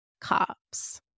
cops